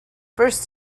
first